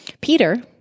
Peter